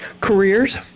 careers